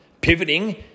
pivoting